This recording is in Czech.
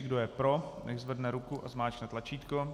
Kdo je pro, nechť zvedne ruku a zmáčkne tlačítko.